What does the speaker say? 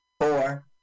four